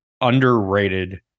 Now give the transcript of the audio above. underrated